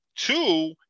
Two